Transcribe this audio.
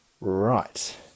Right